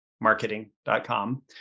marketing.com